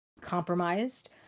compromised